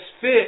fit